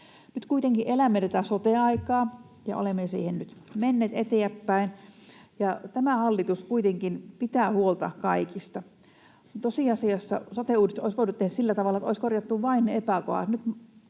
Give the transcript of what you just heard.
Nyt kuitenkin elämme tätä sote-aikaa ja olemme siihen nyt menneet eteenpäin, ja tämä hallitus kuitenkin pitää huolta kaikista. Tosiasiassa sote-uudistuksen olisi voinut tehdä sillä tavalla, että olisi korjattu vain epäkohdat.